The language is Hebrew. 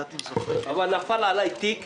השנה מצאתי את עצמי